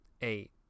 eight